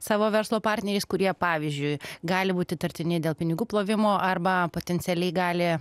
savo verslo partneriais kurie pavyzdžiui gali būt įtartini dėl pinigų plovimo arba potencialiai gali